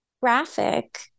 graphic